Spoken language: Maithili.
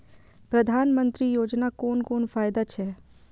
प्रधानमंत्री योजना कोन कोन फायदा छै?